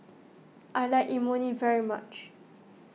I like Imoni very much